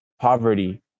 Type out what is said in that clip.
poverty